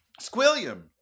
Squilliam